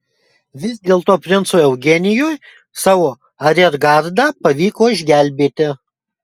vis dėlto princui eugenijui savo ariergardą pavyko išgelbėti